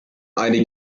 eine